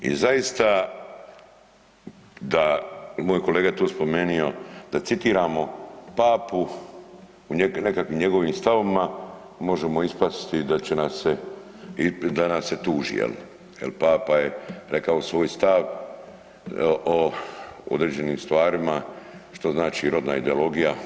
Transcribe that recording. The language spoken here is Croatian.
I zaista da moj kolega je tu spomenuo da citiramo Papu u nekakvim njegovim stavovima možemo ispasti da će nas se, da nas se tuži jel' jer Papa je rekao svoj stav o određenim stvarima što znači rodna ideologija.